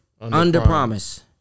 under-promise